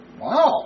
Wow